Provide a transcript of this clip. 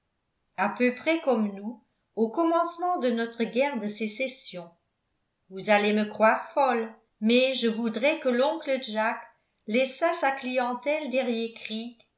a peu près comme nous au commencement de notre guerre de sécession vous allez me croire folle mais je voudrais que l'oncle jack laissât sa clientèle